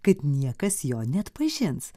kad niekas jo neatpažins